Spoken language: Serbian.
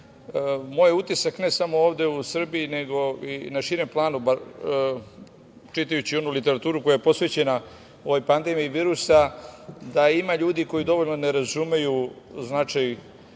Moj utisak, ne samo ovde u Srbiji nego na širem planu, čitajući onu literaturu koja je posvećena ovoj pandemiji virusa, je da ima ljudi koji dovoljno ne razumeju značaj